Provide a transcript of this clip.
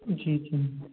جی جی